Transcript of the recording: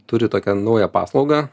turi tokią naują paslaugą